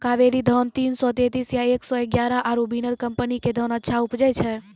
कावेरी धान तीन सौ तेंतीस या एक सौ एगारह आरु बिनर कम्पनी के धान अच्छा उपजै छै?